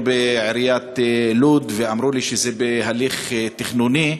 בעיריית לוד ואמרו לי שזה בהליך תכנוני.